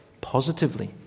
positively